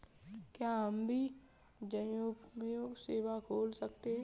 क्या हम भी जनोपयोगी सेवा खोल सकते हैं?